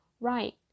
right